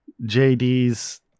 JD's